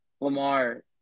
Lamar